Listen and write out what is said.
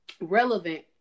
relevant